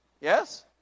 Yes